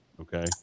okay